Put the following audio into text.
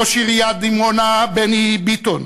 ראש עיריית דימונה בני ביטון,